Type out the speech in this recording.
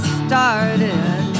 started